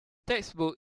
textbooks